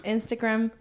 Instagram